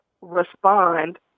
respond